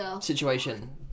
situation